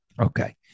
Okay